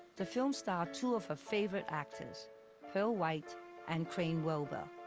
the film starred two of her favorite actors pearl white and crane wilbur.